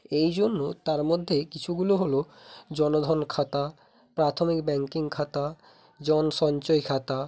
এই জন্য তার মধ্যে কিছুগুলো হল জনধন খাতা প্রাথমিক ব্যাঙ্কিং খাতা জনসঞ্চয় খাতা